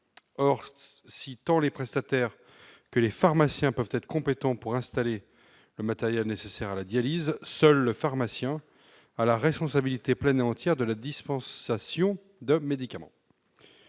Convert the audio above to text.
Or, si tant les prestataires que les pharmaciens peuvent être compétents pour installer le matériel nécessaire à la dialyse, seul le pharmacien a la responsabilité pleine et entière de la dispensation de médicaments.